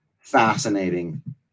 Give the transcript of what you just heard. fascinating